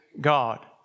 God